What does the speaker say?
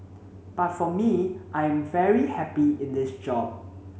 but for me I am very happy in this job